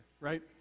Right